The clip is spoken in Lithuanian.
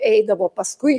eidavo paskui